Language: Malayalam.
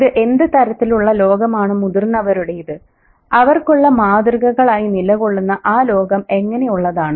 ഇത് എന്ത് തരത്തിലുള്ള ലോകമാണ് മുതിർന്നവരുടേത് അവർക്കുള്ള മാതൃകകളായി നിലകൊള്ളുന്ന ആ ലോകം എങ്ങനെയുള്ളതാണ്